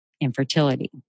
infertility